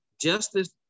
justice